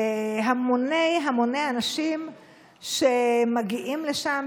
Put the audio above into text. בהמוני המוני אנשים שמגיעים לשם,